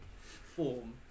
form